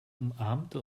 umarmte